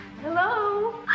Hello